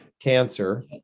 cancer